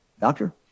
Doctor